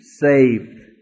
saved